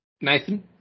Nathan